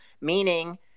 Meaning